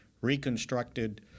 reconstructed